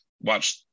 watch